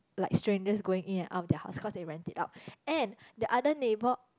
like strangers going in and out of their house cause they rent it out and the other neighbor